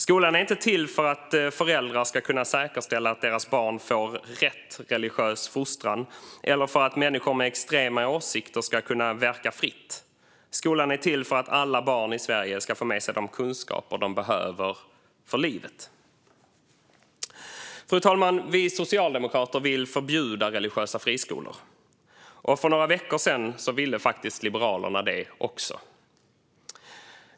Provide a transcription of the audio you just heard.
Skolan är inte till för att föräldrar ska kunna säkerställa att deras barn får "rätt" religiös fostran eller för att människor med extrema åsikter ska kunna verka fritt. Skolan är till för att alla barn i Sverige ska få med sig de kunskaper de behöver för livet. Fru talman! Vi socialdemokrater vill förbjuda religiösa friskolor, och för några veckor sedan ville faktiskt även Liberalerna det.